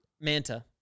Manta